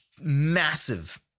massive